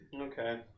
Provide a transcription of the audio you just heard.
Okay